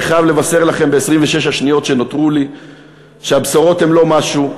אני חייב לבשר לכם ב-26 השניות שנותרו לי שהבשורות הן לא משהו.